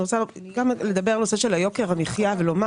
אני רוצה לדבר על נושא של יוקר המחיה ולומר,